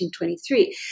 1923